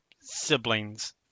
siblings